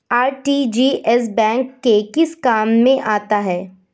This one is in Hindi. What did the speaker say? आर.टी.जी.एस बैंक के किस काम में आता है?